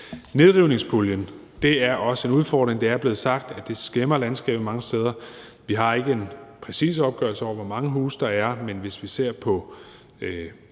Nedrivningspuljen er også en udfordring, og det er blevet sagt, at det skæmmer landskabet mange steder. Vi har ikke en præcis opgørelse over, hvor mange huse der er, men hvis vi ser på